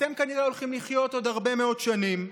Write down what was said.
אתם כנראה הולכים לחיות עוד הרבה מאוד שנים,